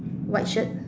white shirt